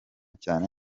cyane